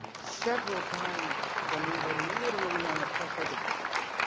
several times when we were literally on the threshold of death,